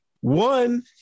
One